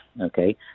Okay